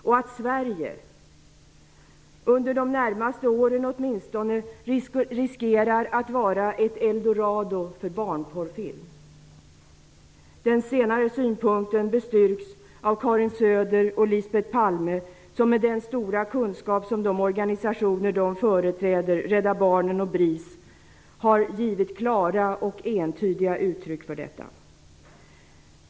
Det finns också risk för att Sverige åtminstone under de närmaste åren blir ett eldorado för barnporrfilm. Den senare synpunkten bestyrks av Karin Söder och Lisbet Palme. De organisationer som de företräder, Rädda barnen och BRIS, har med sin stora kunskap givit klara och entydiga uttryck för detta.